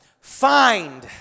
find